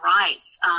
rights